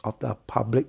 of the public